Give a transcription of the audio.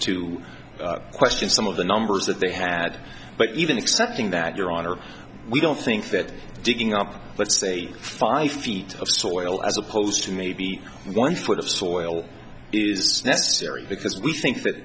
to question some of the numbers that they had but even accepting that your honor we don't think that digging up let's say five feet of soil as opposed to maybe one foot of soil is necessary because we think that